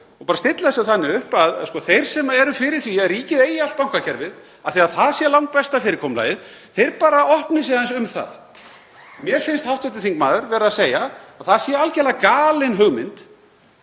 og stilla þessu þannig upp að þeir sem eru á því að ríkið eigi allt bankakerfið, af því að það sé langbesta fyrirkomulagið, opni sig bara aðeins um það? Mér finnst hv. þingmaður vera að segja að það sé algerlega galin hugmynd